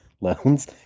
loans